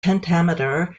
pentameter